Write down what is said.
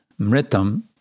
mritam